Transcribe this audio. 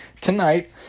tonight